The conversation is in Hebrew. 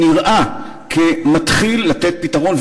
שנראה שהוא מתחיל לתת פתרון,